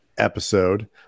episode